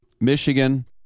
Michigan